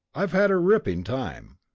i've had a ripping time.